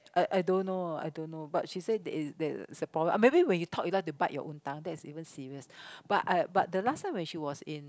I I don't know I don't know but she say there's there's a problem or maybe when you talk you like to bite your own tongue that's even serious but uh but the last time when she was in